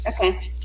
Okay